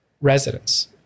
residents